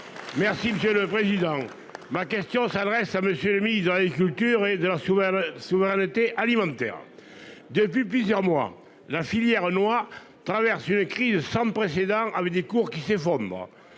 Merci monsieur le président, ma question s'adresse à monsieur le ministre dans l'agriculture et de la souveraine. La souveraineté alimentaire. Depuis plusieurs mois la filière noir traverse une crise sans précédent avec des cours qui s'effondre